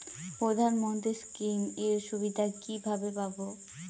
প্রধানমন্ত্রী স্কীম এর সুবিধা কিভাবে পাবো?